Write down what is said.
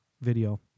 video